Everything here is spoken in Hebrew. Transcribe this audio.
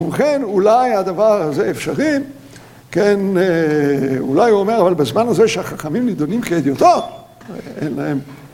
‫ובכן, אולי הדבר הזה אפשרי. ‫כן, אולי הוא אומר, אבל בזמן הזה ‫שהחכמים נידונים כהדיוטות, ‫אין להם...